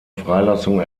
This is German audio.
freilassung